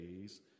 days